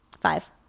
Five